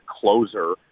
closer